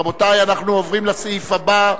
רבותי, אנחנו עוברים לסעיף הבא,